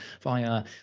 via